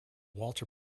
walter